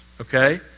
okay